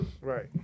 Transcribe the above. Right